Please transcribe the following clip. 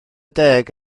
deg